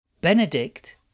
Benedict